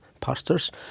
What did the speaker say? pastors